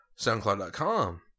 SoundCloud.com